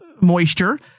moisture